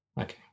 Okay